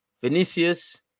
Vinicius